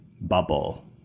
bubble